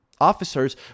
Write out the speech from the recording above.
Officers